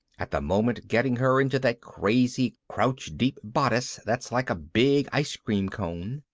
at the moment getting her into that crazy crouch-deep bodice that's like a big icecream cone,